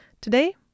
Today